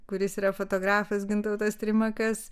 kuris yra fotografas gintautas trimakas